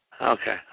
Okay